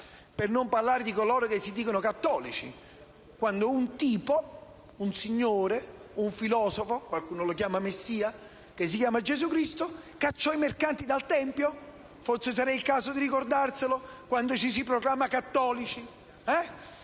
Per non parlare di coloro che si dicono cattolici, quando un tipo, un signore, un filosofo - qualcuno lo chiama Messia - di nome Gesù Cristo, cacciò i mercanti dal tempio. Forse sarà il caso di ricordarselo, quando ci si proclama cattolici